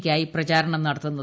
ക്കായി പ്രചാരണം നടത്തുന്നത്